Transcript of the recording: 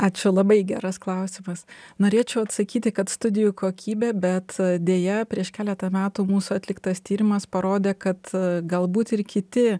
ačiū labai geras klausimas norėčiau atsakyti kad studijų kokybė bet deja prieš keletą metų mūsų atliktas tyrimas parodė kad galbūt ir kiti